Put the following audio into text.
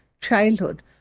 childhood